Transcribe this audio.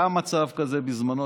היה מצב כזה בזמנו,